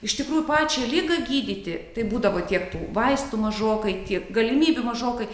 iš tikrųjų pačią ligą gydyti tai būdavo tiek tų vaistų mažokai tiek galimybių mažokai